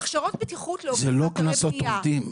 זה לא קנסות עובדים.